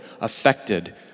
affected